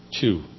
Two